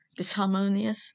disharmonious